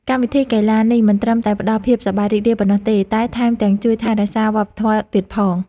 កម្មវិធីកីឡានេះមិនត្រឹមតែផ្តល់ភាពសប្បាយរីករាយប៉ុណ្ណោះទេ តែថែមទាំងជួយថែរក្សាវប្បធម៌ទៀតផង។